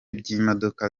by’imodoka